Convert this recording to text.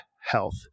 health